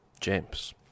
James